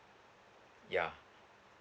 ya